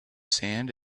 sand